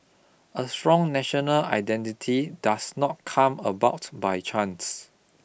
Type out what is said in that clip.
a strong national identity does not come about by chance